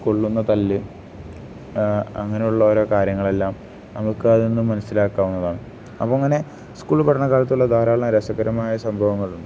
സ്കൂള്നിന്ന് തല്ല് അങ്ങനെയുള്ള ഓരോ കാര്യങ്ങളെല്ലാം നമുക്ക് അതിൽനിന്ന് മനസ്സിലാക്കാവുന്നതാണ് അപ്പം അങ്ങനെ സ്കൂള് പഠനകാലത്തുള്ള ധാരാളം രസകരമായ സംഭവങ്ങളുണ്ട്